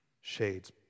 Shades